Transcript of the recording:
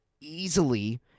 easily